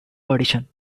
audition